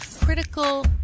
critical